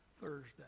Thursday